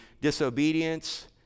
disobedience